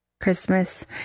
Christmas